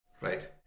Right